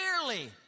Clearly